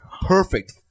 perfect